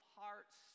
hearts